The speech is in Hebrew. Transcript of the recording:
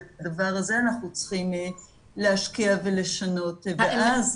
ובדבר הזה אנחנו צריכים להשקיע ולשנות ואז